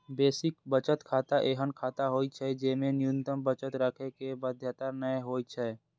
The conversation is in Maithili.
बेसिक बचत खाता एहन खाता होइ छै, जेमे न्यूनतम बचत राखै के बाध्यता नै होइ छै